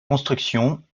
construction